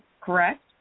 correct